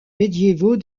médiévaux